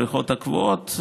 הבריכות הקבועות,